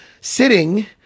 sitting